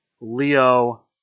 Leo